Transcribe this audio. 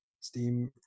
Steam